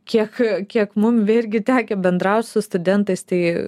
kiek kiek mum irgi tekę bendraut su studentais tai